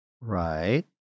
Right